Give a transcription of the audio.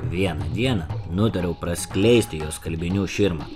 vieną dieną nutariau praskleisti jo skalbinių širmą